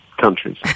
countries